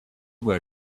were